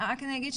רק אני אגיד,